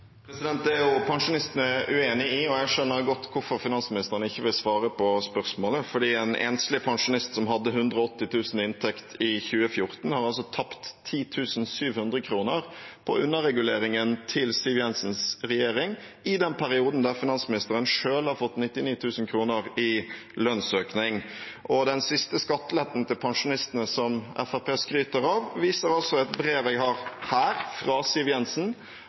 Det er pensjonistene uenig i, og jeg skjønner godt hvorfor finansministeren ikke vil svare på spørsmålet, for en enslig pensjonist som hadde 180 000 kr i inntekt i 2014, har altså tapt 10 700 kr på underreguleringen til Siv Jensens regjering i den perioden der finansministeren selv har fått 99 000 kr i lønnsøkning. Den siste skatteletten til pensjonistene – som Fremskrittspartiet skryter av – viser et brev jeg har her, fra Siv Jensen,